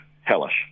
hellish